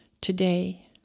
today